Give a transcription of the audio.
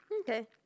Okay